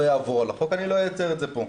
לא אעבור על החוק ולא אייצר את זה פה.